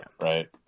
Right